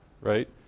right